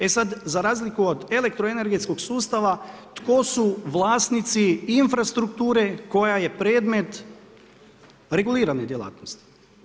E sad za razliku od elektroenergetskog sustava, tko su vlasnici infrastrukture koja je predmet regulirane djelatnosti?